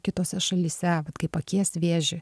kitose šalyse kaip akies vėžį